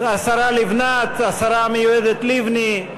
השרה לבנת, השרה המיועדת לבני,